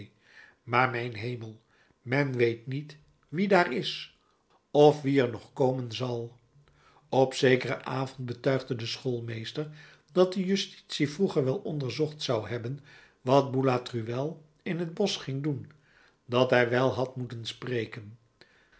maar mijn hemel men weet niet wie daar is of wie er nog komen zal op zekeren avond betuigde de schoolmeester dat de justitie vroeger wel onderzocht zou hebben wat boulatruelle in het bosch ging doen dat hij wel had moeten spreken